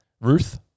Ruth